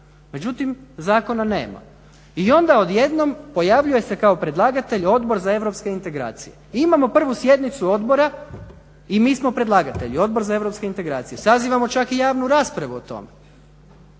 Međutim zakona nema. I onda odjednom pojavljuje se kao predlagatelj Odbor za europske integracije i imamo prvu sjednicu odbora i mi smo predlagatelji Odbor za europske integracije, sazivamo čak i javnu raspravu o tome.